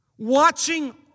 Watching